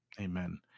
Amen